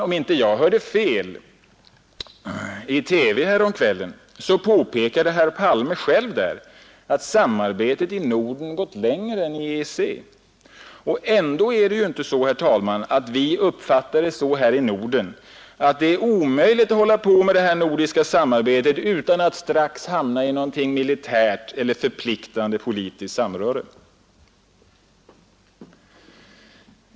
Om jag inte hörde fel påpekade herr Palme själv i TV häromkvällen att samarbetet i Norden gått längre än i EEC. Och ändå uppfattar vi det inte så i Norden att det är omöjligt att hålla på med detta nordiska samarbete utan att strax hamna i något militärt eller förpliktande politiskt samröre.